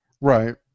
right